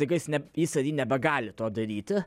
staiga jis ar ji nebegali to daryti